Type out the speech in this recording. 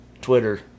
Twitter